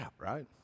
right